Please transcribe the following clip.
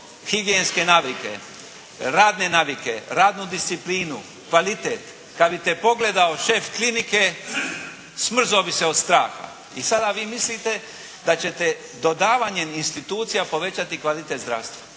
mikrohigijenske navike, radne navike, radnu disciplinu, kvalitet. Kad bi te pogledao šef klinike smrzao bi se od straha i sada vi mislite da ćete dodavanjem institucija povećati kvalitet zdravstva.